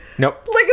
Nope